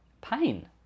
Pain